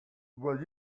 will